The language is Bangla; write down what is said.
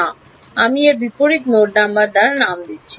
না আমি এর বিপরীত নোড নাম্বার দ্বারা নাম দিচ্ছি না